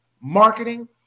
marketing